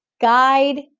guide